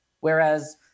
Whereas